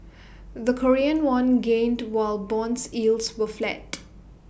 the Korean won gained while bonds yields were flat